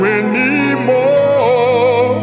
anymore